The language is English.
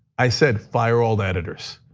i said fire all the editors,